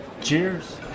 Cheers